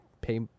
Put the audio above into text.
pay